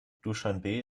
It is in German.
duschanbe